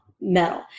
metal